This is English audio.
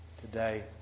today